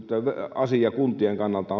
kuntien kannalta